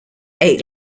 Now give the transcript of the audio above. eight